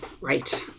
right